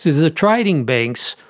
the trading banks,